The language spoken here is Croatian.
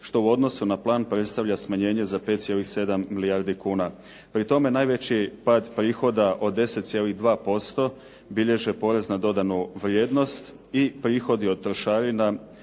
što u odnosu na plan predstavlja smanjenje za 5,7 milijardi kuna. Pri tome najveći pad prihoda od 10,2% bilježe porez na dodanu vrijednost i prihodi od trošarina